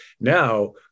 Now